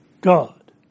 God